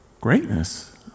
Greatness